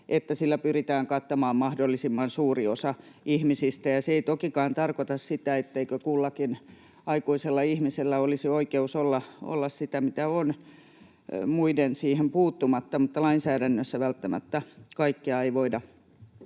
että sillä pyritään kattamaan mahdollisimman suuri osa ihmisistä, ei tokikaan tarkoita sitä, etteikö kullakin aikuisella ihmisellä olisi oikeus olla sitä, mitä on, muiden siihen puuttumatta, mutta lainsäädännössä välttämättä kaikkea ei voida